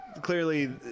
Clearly